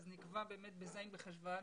נקבע לקיים אותו ב-ז' בחשוון,